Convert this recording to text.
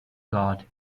god